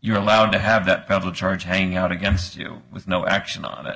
you're allowed to have that public charge hanging out against you with no action of it